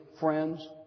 friends